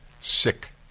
Sick